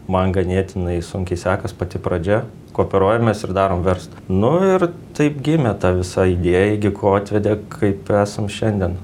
man ganėtinai sunkiai sekas pati pradžia kooperuojamės ir darom verslą nu ir taip gimė ta visa įdėja iki ko atvedė kaip esam šiandien